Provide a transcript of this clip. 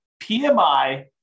PMI